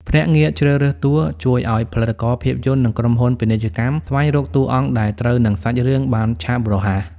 ភ្នាក់ងារជ្រើសរើសតួ ជួយឱ្យផលិតករភាពយន្ត និងក្រុមហ៊ុនពាណិជ្ជកម្មស្វែងរកតួអង្គដែលត្រូវនឹងសាច់រឿងបានឆាប់រហ័ស។